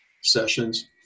sessions